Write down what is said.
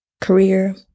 career